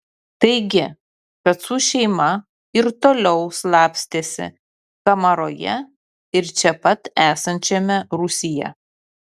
taigi kacų šeima ir toliau slapstėsi kamaroje ir čia pat esančiame rūsyje